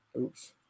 Oops